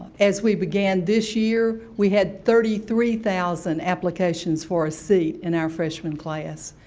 as we began this year, we had thirty three thousand applications for a seat in our freshman class.